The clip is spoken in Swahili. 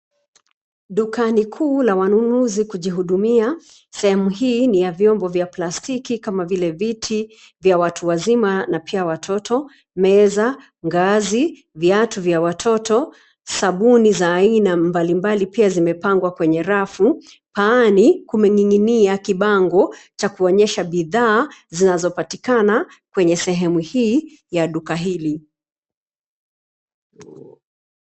Dukani kuu la wanunuzi kujihudumia. Sehemu hii ni ya vyombo vya plastiki kama vile: viti vya watu wazima na pia watoto, meza, ngazi, viatu vya watoto, sabuni za aina mbali mbali pia zimepangwa kwenye rafu. Paani kumening'inia kibango cha kuonyesha bidhaa zinazopatikana kwenye sehemu hii ya duka hili.